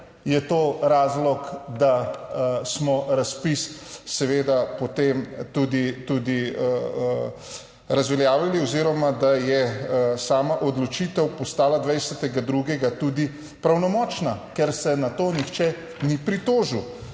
to je razlog, da smo razpis potem tudi razveljavili oziroma da je sama odločitev postala 20. 2. tudi pravnomočna, ker se na to nihče ni pritožil.